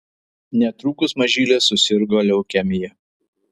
netrukus mažylė susirgo leukemija